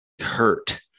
hurt